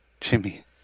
Jimmy